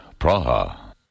Praha